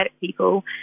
people